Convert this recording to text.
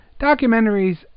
documentaries